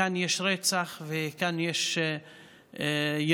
כאן יש רצח וכאן יש יריות,